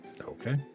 Okay